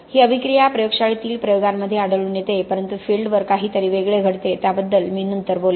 ही अभिक्रिया प्रयोगशाळेतील प्रयोगांमध्ये आढळून येते परंतु फील्ड वर काहीतरी वेगळे घडते त्याबद्दल मी नंतर बोलेन